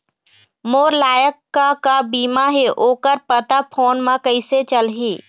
मोर लायक का का बीमा ही ओ कर पता फ़ोन म कइसे चलही?